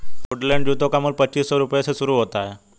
Woodland जूतों का मूल्य पच्चीस सौ से शुरू होता है